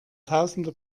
tausende